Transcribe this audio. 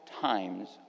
times